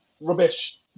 rubbish